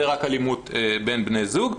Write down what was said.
זה רק אלימות בין בני זוג.